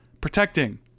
protecting